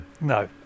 no